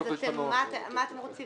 אז מה אתם רוצים?